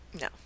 No